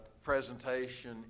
presentation